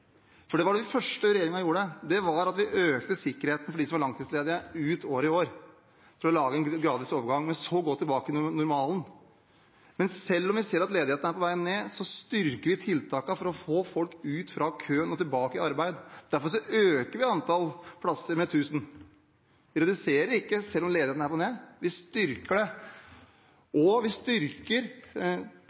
Det første regjeringen gjorde, var at vi økte sikkerheten for dem som er langtidsledige, ut året i år, for å lage en gradvis overgang, men så gå tilbake til normalen. Selv om vi ser at ledigheten er på vei ned, styrker vi tiltakene for å få folk ut fra køen og tilbake i arbeid. Derfor øker vi antallet plasser med 1 000. Vi reduserer ikke selv om ledigheten er på vei ned. Vi styrker det. Og vi styrker